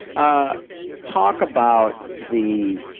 ah talk about the